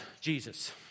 Jesus